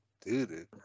dude